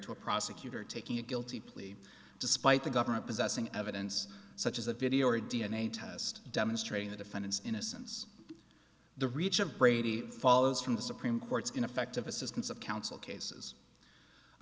to a prosecutor taking a guilty plea despite the government possessing evidence such as a video or a d n a test demonstrating the defendant's innocence the reach of brady follows from the supreme court's in effect of assistance of counsel cases